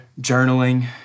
journaling